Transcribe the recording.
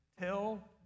Tell